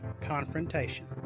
Confrontation